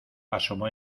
asomó